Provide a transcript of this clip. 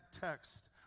text